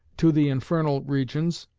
to. the infernal regions,